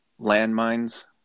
landmines